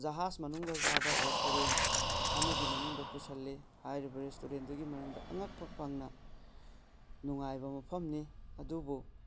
ꯖꯍꯥꯖ ꯃꯅꯨꯡꯗ ꯁꯥꯕ ꯔꯦꯁꯇꯨꯔꯦꯟ ꯑꯃꯒꯤ ꯃꯅꯨꯡꯗ ꯄꯨꯁꯤꯜꯂꯤ ꯍꯥꯏꯔꯤꯕ ꯔꯦꯁꯇꯨꯔꯦꯟꯗꯨꯒꯤ ꯃꯅꯨꯡꯗ ꯑꯉꯛꯄ ꯐꯪꯅ ꯅꯨꯉꯥꯏꯕ ꯃꯐꯝꯅꯤ ꯑꯗꯨꯕꯨ